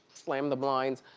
slammed the blinds,